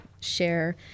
share